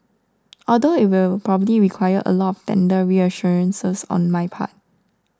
although it will probably require a lot tender reassurances on my part